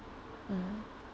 (uh huh)